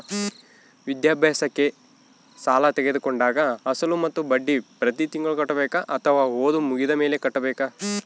ವಿದ್ಯಾಭ್ಯಾಸಕ್ಕೆ ಸಾಲ ತೋಗೊಂಡಾಗ ಅಸಲು ಮತ್ತೆ ಬಡ್ಡಿ ಪ್ರತಿ ತಿಂಗಳು ಕಟ್ಟಬೇಕಾ ಅಥವಾ ಓದು ಮುಗಿದ ಮೇಲೆ ಕಟ್ಟಬೇಕಾ?